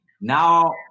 Now